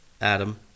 Adam